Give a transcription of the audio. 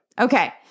Okay